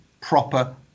proper